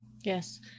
Yes